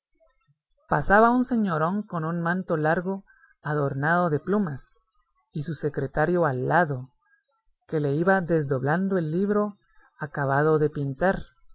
pasaba un señorón con un manto largo adornado de plumas y su secretario al lado que le iba desdoblando el libro acabado de pintar